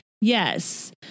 Yes